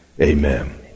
amen